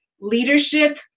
leadership